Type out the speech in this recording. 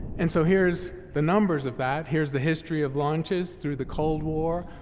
and so, here's the numbers of that. here's the history of launches through the cold war,